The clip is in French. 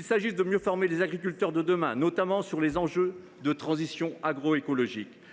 Constitution –, de mieux former les agriculteurs de demain, notamment sur les enjeux de transition agroécologique,